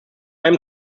einem